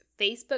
facebook